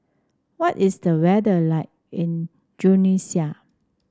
what is the weather like in Tunisia